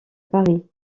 paris